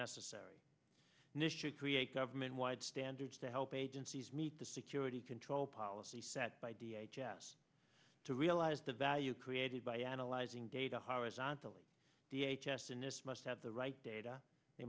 issue create government wide standards to help agencies meet the security control policy set by d h s to realize the value created by analyzing data horizontally the h s and this must have the right data they